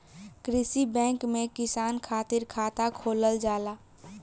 कृषि बैंक में किसान खातिर खाता खोलल जाला